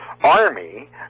army